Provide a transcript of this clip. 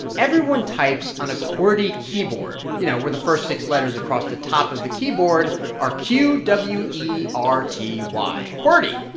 everyone types on a qwerty keyboard, you know, where the first six letters across the top of the keyboard are q, w, e, r, t, y qwerty.